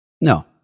No